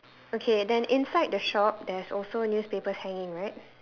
okay then inside the shop there's also newspapers hanging right